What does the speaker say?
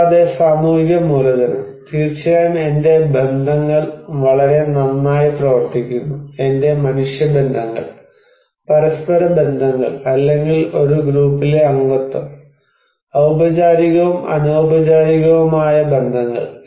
കൂടാതെ സാമൂഹിക മൂലധനം തീർച്ചയായും എന്റെ ബന്ധങ്ങൾ വളരെ നന്നായി പ്രവർത്തിക്കുന്നു എന്റെ മനുഷ്യ ബന്ധങ്ങൾ പരസ്പരം ബന്ധങ്ങൾ അല്ലെങ്കിൽ ഒരു ഗ്രൂപ്പിലെ അംഗത്വം ഔപചാരികവും അനൌപചാരികവും ആയ ബന്ധങ്ങൾ